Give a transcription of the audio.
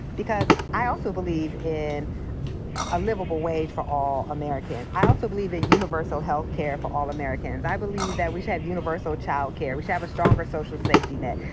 because i also believe in a livable wage for all americans. i also believe in universal health care for all americans. i believe that we should have universal child care. we should have a stronger social safety net,